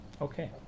okay